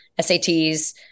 SATs